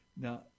Now